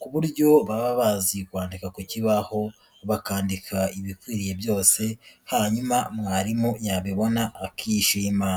ku buryo baba bazi kwandika ku kibaho, bakandika ibikwiriye byose hanyuma mwarimu yabibona akishima.